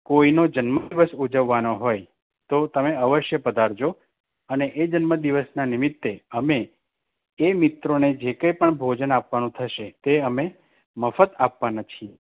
કોઈનો જન્મદિવસ ઉજવવાનો હોય તો તમે અવશ્ય પધારજો અને એ જન્મદિવસના નિમિત્તે અમે એ મિત્રોને જે કંઈપણ ભોજન આપવાનું થશે તે અમે મફત આપવાના છીએ